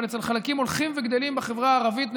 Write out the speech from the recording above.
אבל אצל חלקים הולכים וגדלים בחברה הערבית,